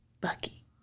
Bucky